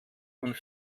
und